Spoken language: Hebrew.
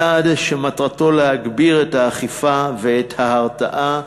צעד שמטרתו להגביר את האכיפה ואת ההרתעה